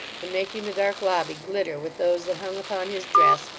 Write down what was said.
and making the dark lobby glitter with those that hung upon his dress,